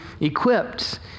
equipped